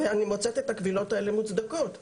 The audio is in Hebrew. ואני מוצאת את הקבילות האלה מוצדקות.